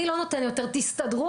לא נותן יותר ותסתדרו